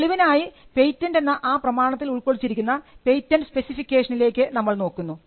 തെളിവിനായി patent എന്ന ആ പ്രമാണത്തിൽ ഉൾക്കൊള്ളിച്ചിരിക്കുന്ന പെറ്റൻറ് സ്പെസിഫിക്കേഷനിലേക്ക് നമ്മൾ നോക്കുന്നു